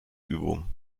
übung